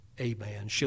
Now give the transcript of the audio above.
Amen